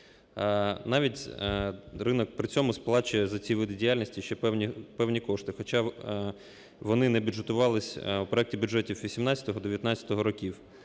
Навіть де ринок при цьому сплачує за ці види діяльності ще певні кошти, хоча вони не бюджетувались в проекті бюджетів 18-го-19-го років.